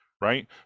right